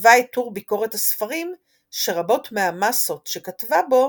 כתבה את טור ביקורת הספרים שרבות מהמסות שכתבה בו